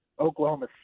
Oklahoma